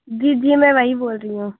جی جی میں وہی بول رہی ہوں